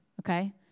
okay